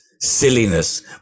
silliness